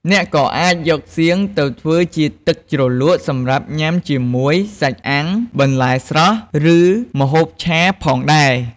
អ្នកក៏អាចយកសៀង ទៅធ្វើជាទឹកជ្រលក់សម្រាប់ញ៉ាំជាមួយសាច់អាំង បន្លែស្រស់ ឬម្ហូបឆាផងដែរ។